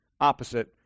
opposite